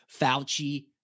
Fauci